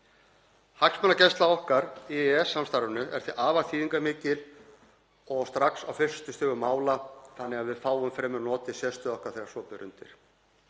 Hagsmunagæsla okkar í EES-samstarfinu er því afar þýðingarmikil strax á fyrstu stigum mála þannig að við fáum fremur notið sérstöðu okkar þegar svo ber undir.